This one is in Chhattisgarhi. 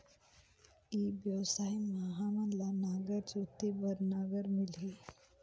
ई व्यवसाय मां हामन ला नागर जोते बार नागर मिलही?